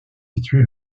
situé